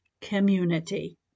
community